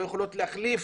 לא יכולות להחליף